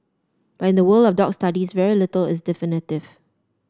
but in the world of dog studies very little is definitive